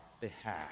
behalf